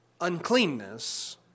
uncleanness